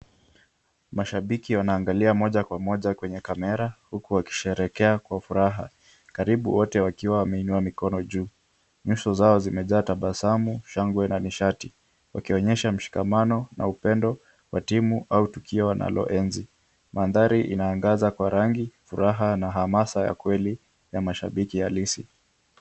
Mashabiki wanaangalia moja kwa moja kwenye camera huku wakisherehekea kwa furaha karibu wote wakiwa wameinua mikono juu. Nyuso zao zimejaa tabasamu, shangwe na nishati wakionyesha mshikamano na upendo wa timu au tukio wanaloenzi. Mandhari inaangaza kwa rangi, furaha na hamasa ya kweli ya mashabiki halisi.